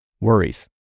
Worries